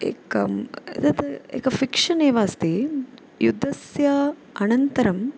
एकम् तत् एकं फ़िक्षन् एव अस्ति युद्धस्य अनन्तरम्